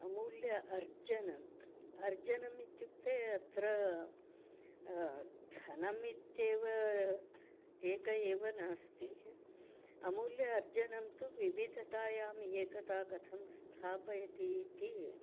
अमूल्यम् अर्चनम् अर्चनम् इत्युक्ते अत्र धनम् इत्येव एकम् एव नास्ति अमूल्यम् अर्जनं तु विविधतायाम् एकता कथं स्थापयति इति